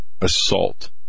assault